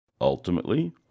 Ultimately